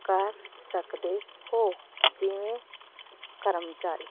ਕਰ ਸਕਦੇ ਹੋ ਜਿਵੇਂ ਕਰਮਚਾਰੀ